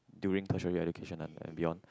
during tertiary education and we all